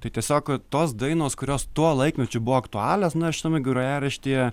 tai tiesiog tos dainos kurios tuo laikmečiu buvo aktualios na ir šitame grojaraštyje